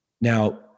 Now